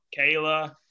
Kayla